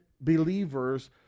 believers